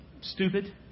stupid